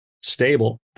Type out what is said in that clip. stable